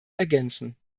ergänzen